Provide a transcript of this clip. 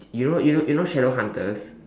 you know you know you know shadow hunters